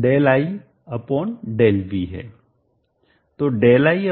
तो Δi